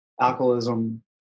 alcoholism